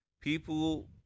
People